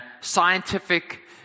scientific